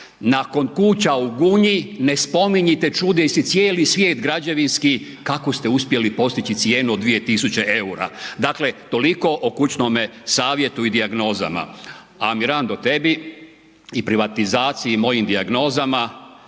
nakon kuća u Gunji ne spominjete, čudio se cijeli svijet građevinski kako ste uspjeli postići cijenu od 2 tisuće eura, dakle toliko o kućnome savjetu i dijagnozama a Mirando tebi i privatizaciji mojim dijagnozama,